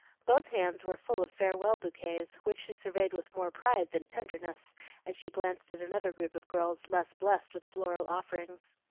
both hands were full of farewell bouquets, which she surveyed with more pride than tenderness as she glanced at another group of girls less blessed with floral offerings.